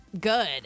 good